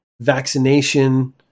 vaccination